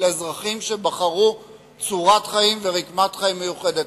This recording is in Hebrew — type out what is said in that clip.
אזרחים שבחרו צורת חיים ורקמת חיים מיוחדת.